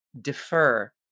defer